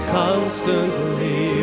constantly